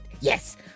Yes